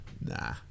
Nah